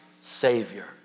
Savior